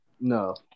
No